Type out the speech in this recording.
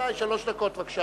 ייתכן